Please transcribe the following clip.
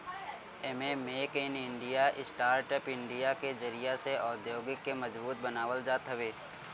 एमे make in India, startup India के जरिया से औद्योगिकी के मजबूत बनावल जात हवे